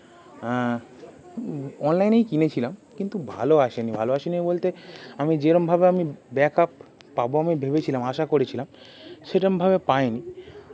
অনলাইনেই কিনেছিলাম কিন্তু ভালো আসে নি ভালো আসে নি বলতে আমি যেরমভাবে আমি ব্যাকআপ পাবো আমি ভেবেছিলাম আশা করেছিলাম সেরমভাবে পাই নি